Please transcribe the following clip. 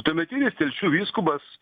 tuometinis telšių vyskupas